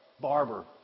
barber